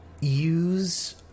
Use